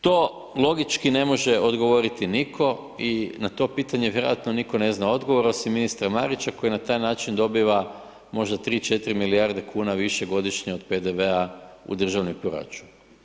To logički ne može odgovoriti nitko i na to pitanje vjerojatno nitko ne zna odgovor osim ministra Marića, koji na taj način dobiva možda tri, četiri milijarde kuna više godišnje od PDV-a u državni proračun.